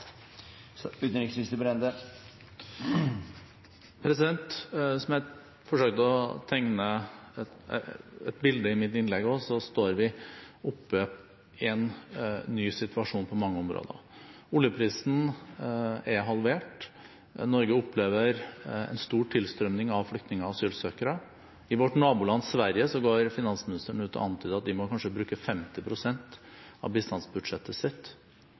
Som jeg forsøkte å tegne et bilde av i mitt innlegg, står vi oppe i en ny situasjon på mange områder. Oljeprisen er halvert, og Norge opplever en stor tilstrømning av flyktninger og asylsøkere. I vårt naboland Sverige går finansministeren ut og antyder at de kanskje må bruke 50 pst. av bistandsbudsjettet sitt